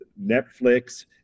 Netflix